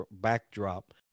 backdrop